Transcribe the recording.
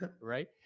Right